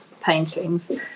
paintings